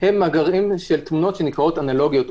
הם מאגרי תמונות שנקראות אנלוגיות,